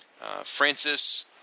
Francis